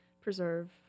preserve